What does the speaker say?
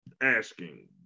asking